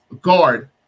guard